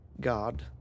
god